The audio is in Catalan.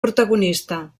protagonista